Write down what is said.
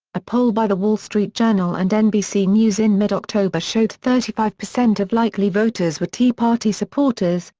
a poll by the wall street journal and nbc news in mid october showed thirty five percent of likely voters were tea-party supporters,